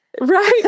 Right